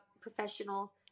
professional